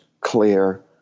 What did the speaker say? clear